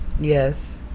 yes